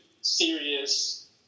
serious